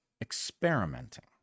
experimenting